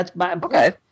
Okay